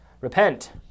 repent